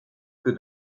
que